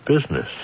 business